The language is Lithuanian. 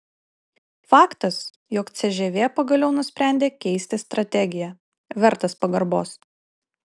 faktas jog cžv pagaliau nusprendė keisti strategiją vertas pagarbos